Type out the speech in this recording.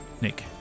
Nick